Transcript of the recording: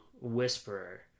whisperer